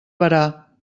berà